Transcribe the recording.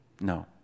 No